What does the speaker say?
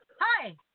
Hi